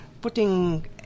putting